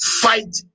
fight